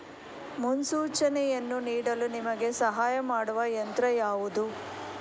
ಮುನ್ಸೂಚನೆಯನ್ನು ನೀಡಲು ನಿಮಗೆ ಸಹಾಯ ಮಾಡುವ ಯಂತ್ರ ಯಾವುದು?